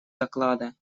доклада